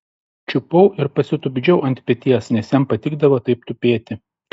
čiupau ir pasitupdžiau ant peties nes jam patikdavo taip tupėti